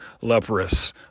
leprous